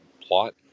plot